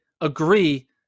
agree